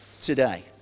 today